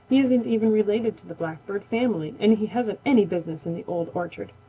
he isn't even related to the blackbird family, and he hasn't any business in the old orchard.